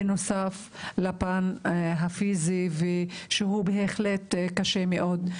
בנוסף לפן הפיזי, שהוא בהחלט קשה מאוד.